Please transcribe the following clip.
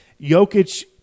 Jokic